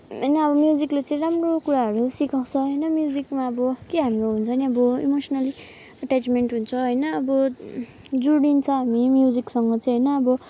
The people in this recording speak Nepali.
होइन अब म्युजिकले चाहिँ राम्रो कुराहरू सिकाउँछ होइन म्युजिकमा अब के हाम्रो हुन्छ नि अब इमोसनल एटेचमेन्ट हुन्छ होइन अब जोडिन्छ हामी म्सुजिकसँग चाहिँ होइन अब